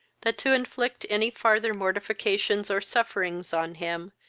that, to inflict any farther mortifications or sufferings on him,